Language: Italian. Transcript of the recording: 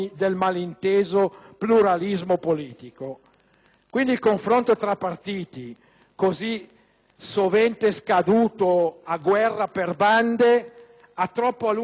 sovente scaduto a guerra per bande, ha troppo a lungo visto i più piccoli fare la voce grossa tenendo in ostaggio il Governo.